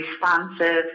responsive